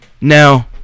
Now